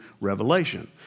Revelation